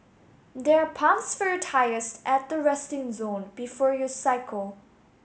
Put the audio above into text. there are pumps for your tyres at the resting zone before you cycle